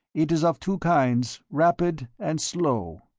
it is of two kinds, rapid and slow.